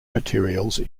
materials